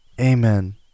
Amen